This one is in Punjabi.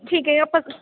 ਠੀਕ ਹ ਆਪਾਂ